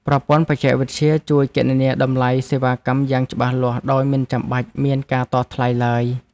ប្រព័ន្ធបច្ចេកវិទ្យាជួយគណនាតម្លៃសេវាកម្មយ៉ាងច្បាស់លាស់ ដោយមិនចាំបាច់មានការតថ្លៃឡើយ។